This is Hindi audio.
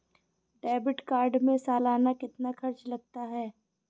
डेबिट कार्ड में सालाना कितना खर्च लगता है?